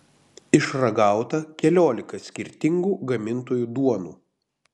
išragauta keliolika skirtingų gamintojų duonų